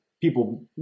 People